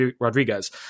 Rodriguez